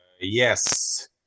yes